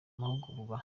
mahugurwa